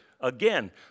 Again